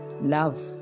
love